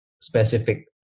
specific